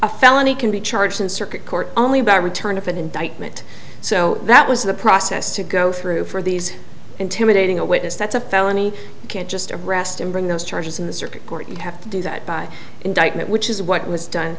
a felony can be charged in circuit court only by return of an indictment so that was the process to go through for these intimidating a witness that's a felony you can't just arrest and bring those charges in the circuit court you have to do that by indictment which is what was done